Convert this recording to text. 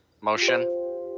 motion